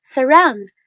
Surround